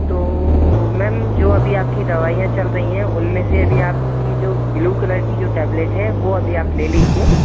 तो मैम जो अभी आपकी दवाइयाँ चल रही है उन में से अभी आपकी जो ब्लू कलर की जो टेबलेट है वो अभी आप ले लीजिए